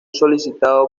solicitado